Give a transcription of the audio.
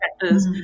factors